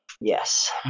yes